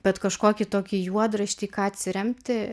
bet kažkokį tokį juodraštį į ką atsiremti